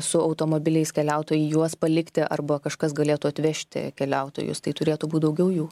su automobiliais keliautojai juos palikti arba kažkas galėtų atvežti keliautojus tai turėtų būt daugiau jų